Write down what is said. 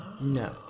No